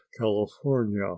California